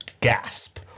gasp